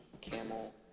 camel